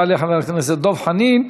יעלה חבר הכנסת דב חנין,